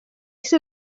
s’hi